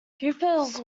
pupils